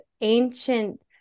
ancient